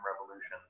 revolution